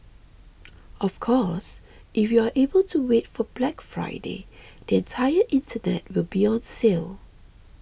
of course if you are able to wait for Black Friday the entire internet will be on sale